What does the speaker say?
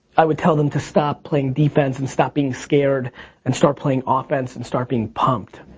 i would tell them to stop playing defense and stop being scared and start playing ah offense and start being pumped.